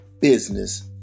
business